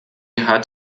hat